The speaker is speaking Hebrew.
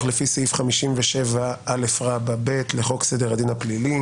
לפי סעיף 57א(ב) לחוק סדר הדין הפלילי